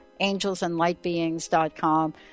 angelsandlightbeings.com